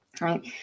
Right